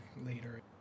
later